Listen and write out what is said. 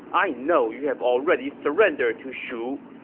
i know you have already surrendered to shu!